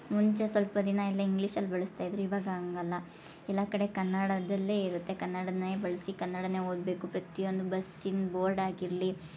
ಮುಂಚೆ ಸ್ವಲ್ಪ ದಿನ ಎಲ್ಲ ಇಂಗ್ಲೀಷಲ್ಲಿ ಬಳ್ಸ್ತಾ ಇದ್ರು ಇವಾಗ ಹಂಗಲ್ಲ ಎಲ್ಲ ಕಡೆ ಕನ್ನಡದಲ್ಲೇ ಇರುತ್ತೆ ಕನ್ನಡನೇ ಬಳಸಿ ಕನ್ನಡನೆ ಓದಬೇಕು ಪ್ರತಿಯೊಂದು ಬಸ್ಸಿನ ಬೋರ್ಡ್ ಆಗಿರಲಿ